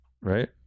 Right